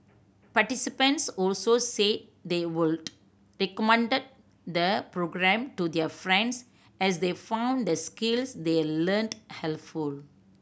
participants also say they would recommended the programme to their friends as they found the skills they learnt helpful